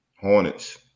Hornets